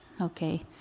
Okay